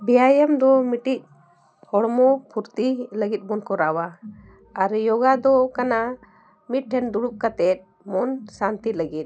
ᱵᱮᱭᱟᱭᱟᱢ ᱫᱚ ᱢᱤᱜᱴᱤᱡ ᱦᱚᱲᱢᱚ ᱯᱷᱩᱨᱛᱤ ᱞᱟᱹᱜᱤᱫ ᱵᱚᱱ ᱠᱚᱨᱟᱣᱟ ᱟᱨ ᱭᱳᱜᱟ ᱫᱚ ᱠᱟᱱᱟ ᱢᱤᱫ ᱴᱷᱮᱱ ᱫᱩᱲᱩᱵ ᱠᱟᱛᱮ ᱢᱚᱱ ᱥᱟᱱᱛᱤ ᱞᱟᱹᱜᱤᱫ